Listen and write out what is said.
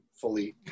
fully